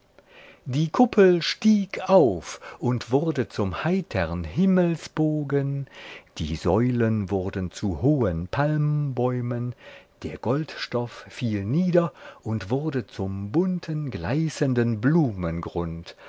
die kuppel stieg auf und wurde zum heitern himmelsbogen die säulen wurden zu hohen palmbäumen der goldstoff fiel nieder und wurde zum bunten gleißenden